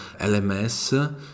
LMS